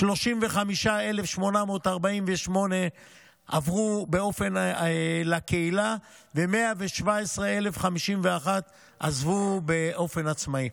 35,848 עברו לקהילה, ו-117,051 עזבו באופן עצמאי.